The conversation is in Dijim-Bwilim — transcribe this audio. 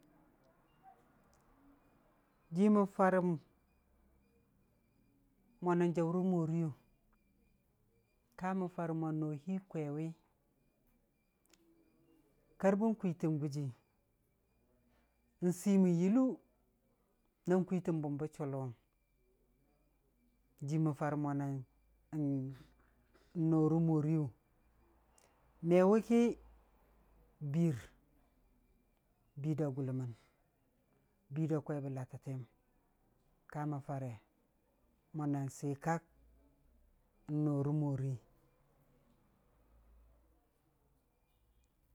Jiimən faraə mo na jaʊ rə moriiyu, kamən farə mon no hii kwewi. Karbən kwiitən gujii, n'siimən yullu, na kwiitən bʊn bə chəllʊwʊm, jiimən far monan n- no rə moriiyu, me wʊki biir, bii da gʊllʊmməm, biida kwai bə latətti yəm kamən fare monan sikak n'no rə morii.